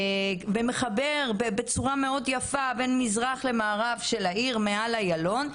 ומחבר בצורה מאוד יפה בין מזרח למערב של העיר מעל איילון,